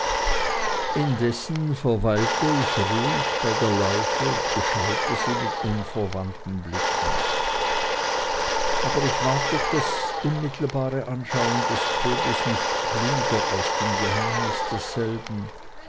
indessen verweilte ich ruhig bei der leiche und beschaute sie mit unverwandten blicken aber ich ward durch das unmittelbare anschauen des todes nicht klüger aus dem geheimnis desselben